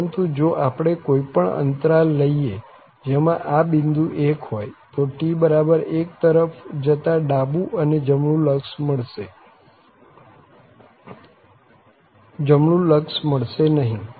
પરંતુ જો આપણે કોઈ પણ અંતરાલ લઈએ જેમાં આ બિંદુ 1 હોય તો t1 તરફ જતા ડાબું અને જમણું લક્ષ મળશે મળશે નહીં